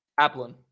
Applin